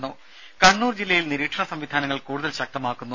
ദേദ കണ്ണൂർ ജില്ലയിൽ നിരീക്ഷണ സംവിധാനങ്ങൾ കൂടുതൽ ശക്തമാക്കുന്നു